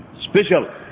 Special